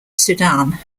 sudan